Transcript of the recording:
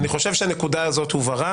אתה חוזר על זה ואתה קובע שזה מה שהיא אמרה.